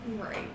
Right